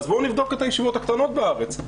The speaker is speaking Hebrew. אז בואו נבדוק את הישיבות הקטנות בארץ.